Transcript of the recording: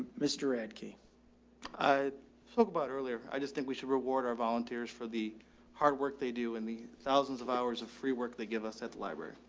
mister radke i spoke about earlier, i just think we should reward our volunteers. the hard work they do in the thousands of hours of free work they give us at the library.